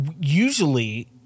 Usually